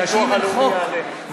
כי אם אין חוק,